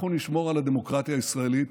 אנחנו נשמור על הדמוקרטיה הישראלית.